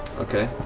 okay.